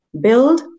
Build